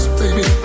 baby